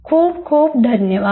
खूप खूप धन्यवाद